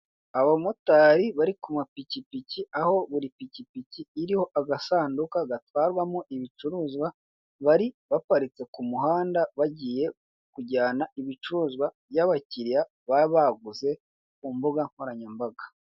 Abamotari bari ku mapikipiki aho buri pikipiki iriho agasanduka gatwarwamo ibicuruzwa bari baparitse ku muhanda bagiye kujyana ibicuruzwa by'abakiriya baba baguze ku mbugankoranyambaga.